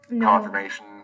confirmation